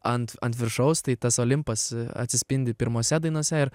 ant ant viršaus tai tas olimpas atsispindi pirmose dainose ir